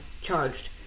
charged